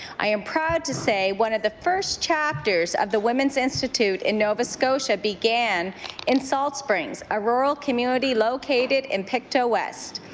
i am proud to say one of the first chapters of the women's institute in nova scotia began in salt springs, a rural community located in pictou west.